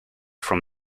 from